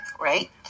right